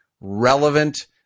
relevant